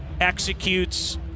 executes